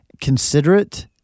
considerate